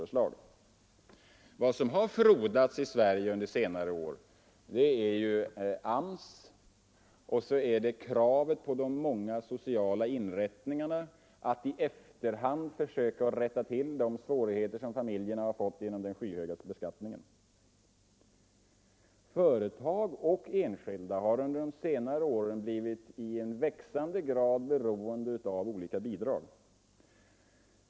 Vad som däremot har frodats i Sverige under senare år är AMS och kraven på de många sociala inrättningarna att i efterhand försöka rätta till de svårigheter som familjerna har åsamkats genom den skyhöga beskattningen. Företag och enskilda har under de senare åren blivit i växande grad beroende av olika bidrag.